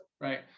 right